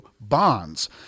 bonds